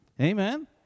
Amen